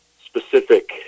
specific